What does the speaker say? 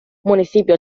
municipio